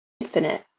infinite